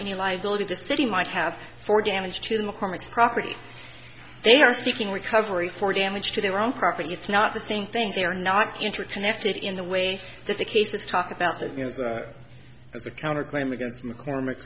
any liability the city might have for damage to mccormick's property they are seeking recovery for damage to their own property it's not the same thing they are not interconnected in the way that the cases talk about that as a counter claim against mccormick